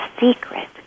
secret